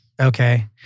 Okay